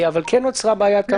אבל נוצרה בעיה.